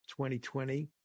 2020